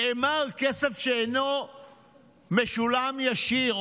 נאמר: כסף שאינו משולם ישירות,